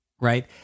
Right